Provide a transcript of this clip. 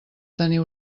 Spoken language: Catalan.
tenir